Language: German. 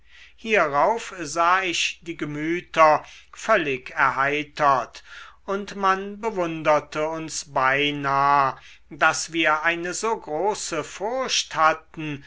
hierauf sah ich die gemüter völlig erheitert und man bewunderte uns beinah daß wir eine so große furcht hatten